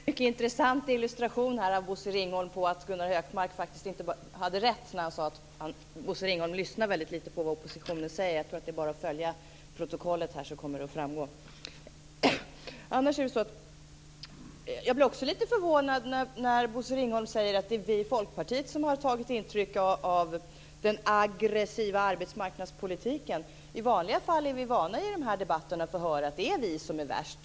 Fru talman! Vi fick en mycket intressant demonstration av Bosse Ringholm på att Gunnar Hökmark faktiskt hade rätt när han sade att Bosse Ringholm lyssnar väldigt lite på vad oppositionen säger. Det är nog bara att följa protokollet. Där kommer det att framgå. Jag blir också lite förvånad när Bosse Ringholm säger att det är vi i Folkpartiet som har tagit intryck av den aggressiva arbetsmarknadspolitiken. I vanliga fall är vi i de här debatterna vana vid att få höra att det är vi som är värst.